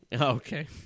Okay